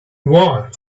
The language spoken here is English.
what